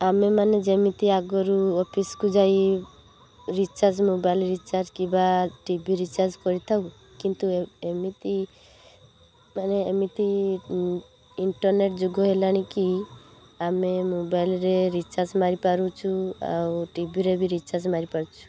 ଆମେ ମାନେ ଯେମିତି ଆଗରୁ ଅଫିସକୁ ଯାଇ ରିଚାର୍ଜ ମୋବାଇଲ୍ ରିଚାର୍ଜ କିମ୍ବା ଟି ଭି ରିଚାର୍ଜ କରିଥାଉ କିନ୍ତୁ ଏମିତି ମାନେ ଏମିତି ଇଣ୍ଟରନେଟ୍ ଯୁଗ ହେଲାଣି କି ଆମେ ମୋବାଇଲ୍ରେ ରିଚାର୍ଜ ମାରିପାରୁଛୁ ଆଉ ଟିଭିରେ ବି ରିଚାର୍ଜ ମାରି ପାରୁଛୁ